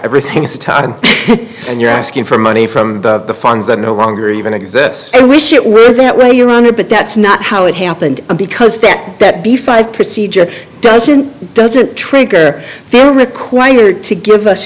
everything started and you're asking for money from the funds that no longer even exists i wish it were that way around here but that's not how it happened because that that be five procedure doesn't doesn't trigger they were required to give us